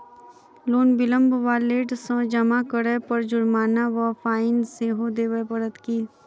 Loan विलंब वा late सँ जमा करै पर जुर्माना वा फाइन सेहो देबै पड़त की?